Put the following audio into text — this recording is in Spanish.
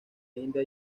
india